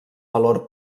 valor